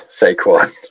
Saquon